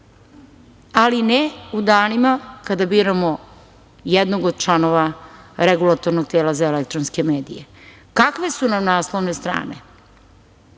ali ne u danima kad biramo jednog od članova Regulatornog tela za elektronske medije. Kakve su nam naslovne strane,